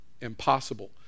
impossible